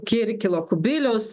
kirkilo kubiliaus